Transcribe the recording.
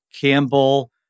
Campbell